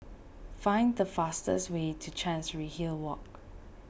find the fastest way to Chancery Hill Walk